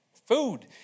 Food